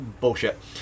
bullshit